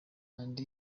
and